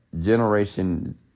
generation